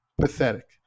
Pathetic